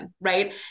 right